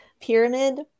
pyramid